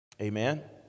Amen